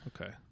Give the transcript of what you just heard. Okay